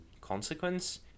consequence